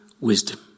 wisdom